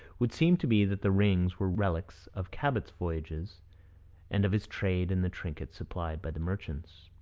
would seem to be that the rings were relics of cabot's voyages and of his trade in the trinkets supplied by the merchants.